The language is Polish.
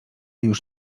już